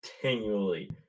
continually